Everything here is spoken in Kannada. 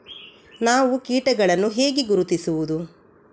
ನಾವು ಕೀಟಗಳನ್ನು ಹೇಗೆ ಗುರುತಿಸುವುದು?